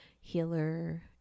healer